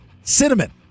Cinnamon